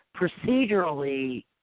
Procedurally